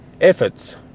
efforts